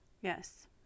Yes